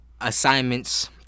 assignments